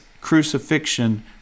crucifixion